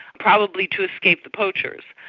probably to escape the poachers.